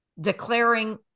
declaring